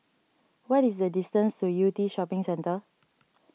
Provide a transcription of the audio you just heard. what is the distance to Yew Tee Shopping Centre